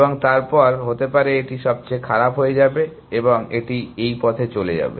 এবং তারপর হতে পারে এটি সবচেয়ে খারাপ হয়ে যাবে এবং এটি এই পথে চলে যাবে